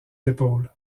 épaules